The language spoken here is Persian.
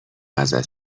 ازت